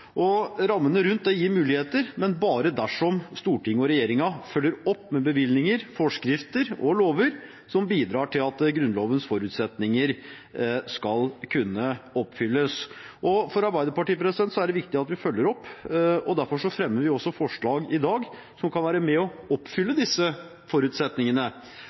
Rammene rundt gir muligheter, men bare dersom Stortinget og regjeringen følger opp med bevilgninger, forskrifter og lover som bidrar til at Grunnlovens forutsetninger skal kunne oppfylles. For Arbeiderpartiet er det viktig at vi følger opp. Derfor fremmer vi forslag i dag som kan være med på å oppfylle disse forutsetningene.